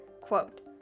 quote